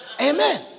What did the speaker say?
Amen